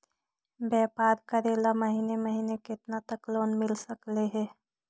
व्यापार करेल महिने महिने केतना तक लोन मिल सकले हे?